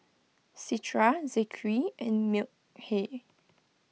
Citra Zikri and Mikhail